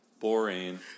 Boring